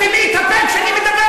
אולי תסתמי את הפה כשאני מדבר,